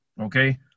Okay